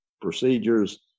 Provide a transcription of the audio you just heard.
procedures